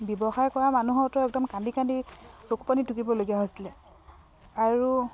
ব্যৱসায় কৰা মানুহৰতো একদম কান্দি কান্দি চকুপনী টুকিবলগীয়া হৈছিলে আৰু